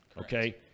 Okay